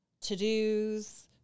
to-dos